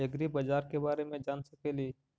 ऐग्रिबाजार के बारे मे जान सकेली?